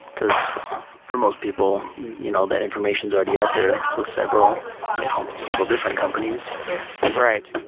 because for most people you know that information is already out there with several you know several different companies right.